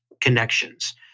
connections